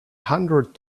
hundred